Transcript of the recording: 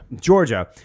Georgia